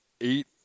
eight